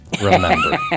remember